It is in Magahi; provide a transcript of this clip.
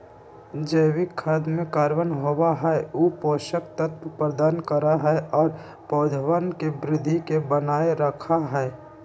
जैविक खाद में कार्बन होबा हई ऊ पोषक तत्व प्रदान करा हई और पौधवन के वृद्धि के बनाए रखा हई